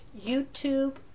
youtube